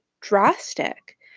drastic